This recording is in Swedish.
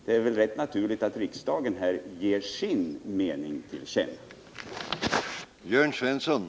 Det är väl rätt naturligt att riksdagen då ger sin mening till känna.